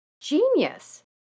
genius